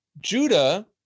Judah